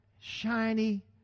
shiny